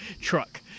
truck